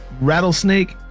rattlesnake